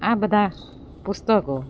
આ બધા પુસ્તકો